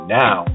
now